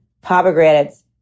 pomegranates